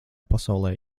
pasaulē